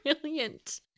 Brilliant